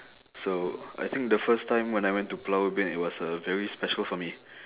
so I think the first time when I went to pulau ubin it was uh very special for me